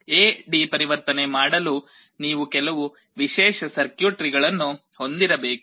A D ಪರಿವರ್ತನೆ ಮಾಡಲು ನೀವು ಕೆಲವು ವಿಶೇಷ ಸರ್ಕ್ಯೂಟ್ರಿಗಳನ್ನು ಹೊಂದಿರಬೇಕು